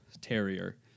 terrier